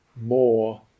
more